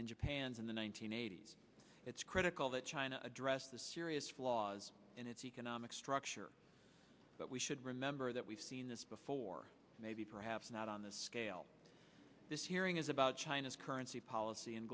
and japan's in the one nine hundred eighty s it's critical that china address the serious flaws in its economic structure but we should remember that we've seen this before maybe perhaps not on this scale this hearing is about china's currency policy